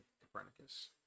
Copernicus